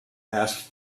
asked